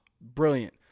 Brilliant